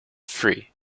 free